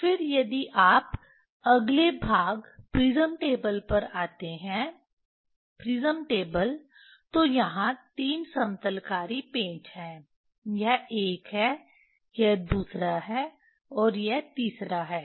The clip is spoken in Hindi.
फिर यदि आप अगले भाग प्रिज्म टेबल पर आते हैं प्रिज्म टेबल तो यहां 3 समतलकारी पेंच हैं यह एक है यह दूसरा है और यह तीसरा है